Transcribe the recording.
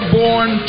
born